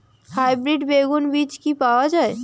Hybrid বেগুন বীজ কি পাওয়া য়ায়?